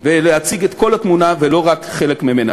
ולהציג את כל התמונה ולא רק חלק ממנה.